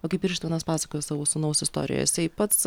va kaip ir ištvanas pasakojo savo sūnaus istoriją jisai pats